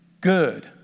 Good